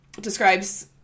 describes